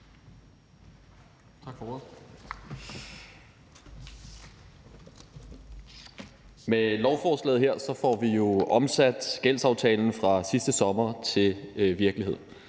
Med lovforslaget her får vi jo omsat gældsaftalen fra sidste sommer til virkelighed.